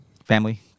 Family